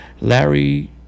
Larry